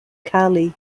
kali